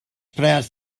pronounced